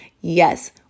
Yes